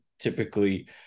typically